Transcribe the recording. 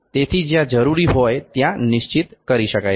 તેથી જ્યાં જરૂરી હોય ત્યાં નિશ્ચિત કરી શકાય છે